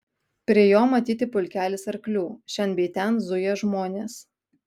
prie jo matyti pulkelis arklių šen bei ten zuja žmonės